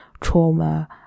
trauma